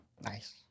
Nice